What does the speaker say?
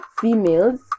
females